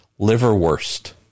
liverwurst